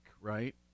right